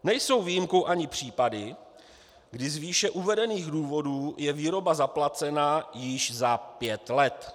Nejsou výjimkou ani případy, kdy z výše uvedených důvodů je výroba zaplacena již za pět let.